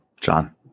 John